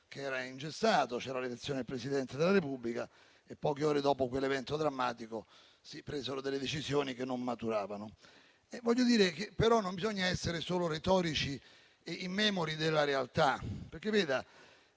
che era ingessato per l'elezione del Presidente della Repubblica e, poche ore dopo quell'evento drammatico, si presero delle decisioni che non maturavano. Voglio dire che però non bisogna essere solo retorici e immemori della realtà. Avendo